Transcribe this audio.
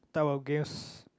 type of games